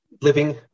living